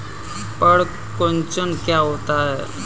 पर्ण कुंचन क्या होता है?